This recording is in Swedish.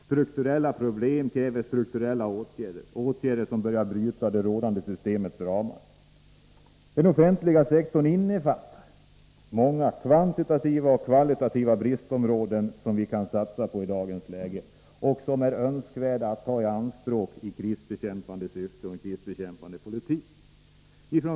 Strukturella problem kräver strukturella åtgärder, åtgärder som börjar bryta det rådande systemets ramar. Den offentliga sektorn innefattar många kvantitativa och kvalitativa bristområden som vi kan satsa på i dagens läge och som det är önskvärt att tai anspråk i krisbekämpande syfte i en krisbekämpande politik.